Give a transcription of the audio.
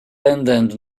andando